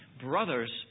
Brothers